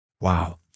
Wow